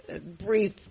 brief